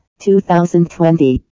2020